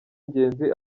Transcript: ingenzi